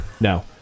no